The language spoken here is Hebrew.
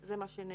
זה מה שנאמר.